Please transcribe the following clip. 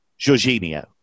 Jorginho